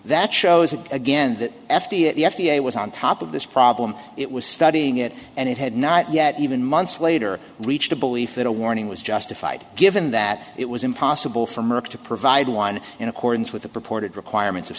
that shows it again that f d a the f d a was on top of this problem it was studying it and it had not yet even months later reached a belief that a warning was justified given that it was impossible for merck to provide one in accordance with the purported requirements of